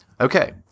Okay